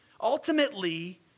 Ultimately